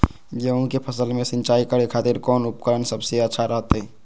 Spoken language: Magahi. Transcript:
गेहूं के फसल में सिंचाई करे खातिर कौन उपकरण सबसे अच्छा रहतय?